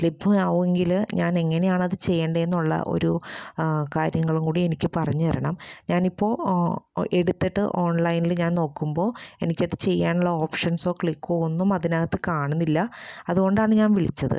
ലഭ്യമാണെങ്കിൽ ഞാൻ എങ്ങനെയാണത് ചെയ്യണ്ടത് എന്നുള്ള ഒരു കാര്യങ്ങൾ കൂടി എനിക്ക് പറഞ്ഞുതരണം ഞാനിപ്പോൾ എടുത്തിട്ട് ഓൺലൈനിൽ ഞാൻ നോക്കുമ്പോൾ എനിക്കത് ചെയ്യാനുള്ള ഓപ്ഷൻസ്സോ ക്ലിക്കോ ഒന്നും അതിനകത്ത് കാണുന്നില്ല അതുകൊണ്ടാണ് ഞാൻ വിളിച്ചത്